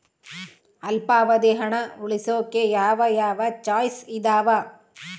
ಅಲ್ಪಾವಧಿ ಹಣ ಉಳಿಸೋಕೆ ಯಾವ ಯಾವ ಚಾಯ್ಸ್ ಇದಾವ?